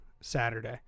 saturday